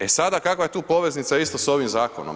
E sada kakva je tu poveznica isto sa ovim zakonom?